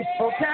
okay